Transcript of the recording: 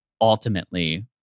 ultimately